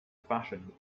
fashioned